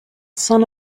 son